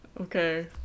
okay